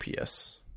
PS